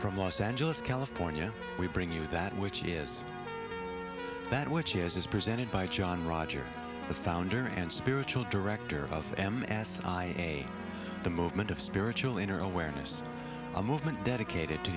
from los angeles california we bring you that which is that which is presented by john rogers the founder and spiritual director of am as a the movement of spiritual inner awareness a movement dedicated to